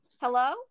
Hello